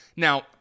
Now